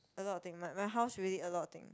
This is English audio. a lot of thing like my house really a lot of thing